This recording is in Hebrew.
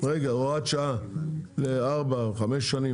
הוראת שעה לארבע או חמש שנים,